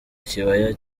kibaya